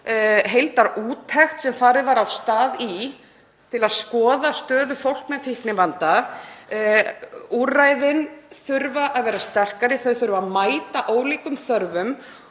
heildarúttekt sem farið var af stað með til að skoða stöðu fólk með fíknivanda. Úrræðin þurfa að vera sterkari, þau þurfa að mæta ólíkum þörfum.